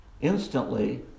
instantly